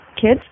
kids